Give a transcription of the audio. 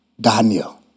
Daniel